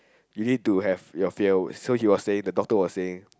you need to have your fear hood so he was saying the doctor was saying